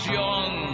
young